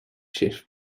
shift